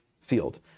field